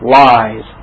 lies